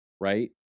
right